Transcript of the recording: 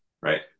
Right